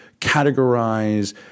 categorize